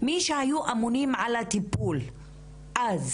מי שהיו ממונים על הטיפול אז,